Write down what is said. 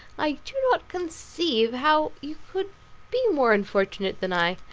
i do not conceive how you could be more unfortunate than i.